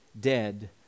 dead